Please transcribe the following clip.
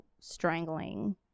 strangling